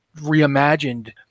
reimagined